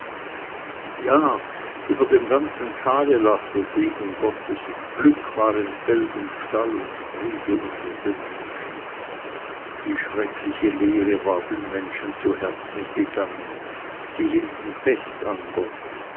ja über dem ganzen tale lag der segen gottes und glück war in feld und stall und friede unter den menschen die schreckliche lehre war den menschen zu herzen gegangen sie hielten fest an gott